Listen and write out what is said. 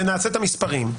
ונעשה את המספרים,